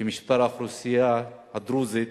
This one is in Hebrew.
ששיעור האוכלוסייה הדרוזית